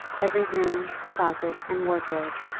every room, closet, and wardrobe,